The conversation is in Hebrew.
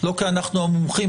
לא כי אנחנו המומחים,